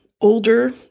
older